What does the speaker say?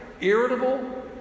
irritable